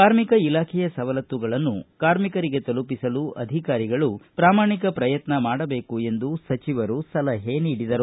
ಕಾರ್ಮಿಕ ಇಲಾಖೆಯ ಸವಲತ್ತುಗಳನ್ನು ಕಾರ್ಮಿಕರಿಗೆ ತಲುಪಿಸಲು ಅಧಿಕಾರಿಗಳು ಪ್ರಾಮಾಣಿಕ ಪ್ರಯತ್ನ ಮಾಡಬೇಕು ಎಂದು ಸಚಿವರು ಸಲಹೆ ನೀಡಿದರು